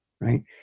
right